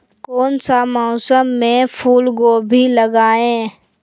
कौन सा मौसम में फूलगोभी लगाए?